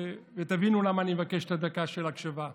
ותבינו למה אני מבקש דקה של הקשבה.